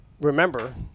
Remember